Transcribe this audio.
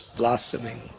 blossoming